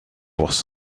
was